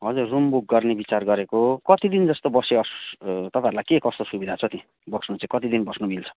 हजुर room book गर्ने विचार गरेको कति दिन जस्तो बसे तपाईँहरूलाई के कस्तो सुविधा छ त्यहाँ बस्नु चाहिँ कति दिन बस्नु मिल्छ